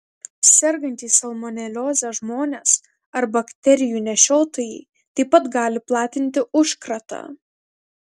sergantys salmonelioze žmonės ar bakterijų nešiotojai taip pat gali platinti užkratą